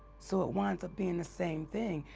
so it winds up being the same thing.